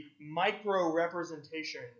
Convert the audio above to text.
micro-representation